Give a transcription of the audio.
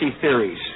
theories